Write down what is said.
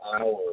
hours